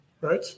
right